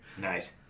Nice